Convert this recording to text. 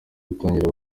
gutangira